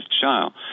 child